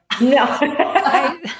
No